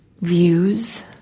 views